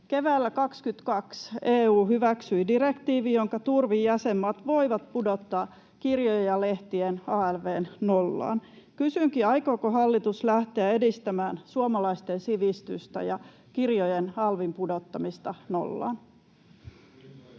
Keväällä 2022 EU hyväksyi direktiivin, jonka turvin jäsenmaat voivat pudottaa kirjojen ja lehtien alv:n nollaan. Kysynkin: aikooko hallitus lähteä edistämään suomalaisten sivistystä ja kirjojen alvin pudottamista nollaan? [Speech